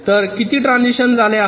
तर किती ट्रांझिशन्स झाले आहेत